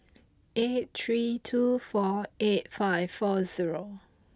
eight three two four eight five four zero